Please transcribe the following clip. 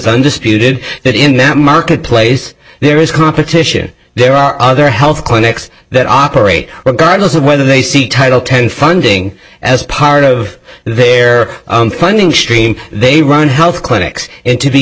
undisputed that in that marketplace there is competition there are other health clinics that operate regardless of whether they see title ten funding as part of their funding stream they run health clinics it to be